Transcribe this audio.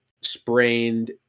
sprained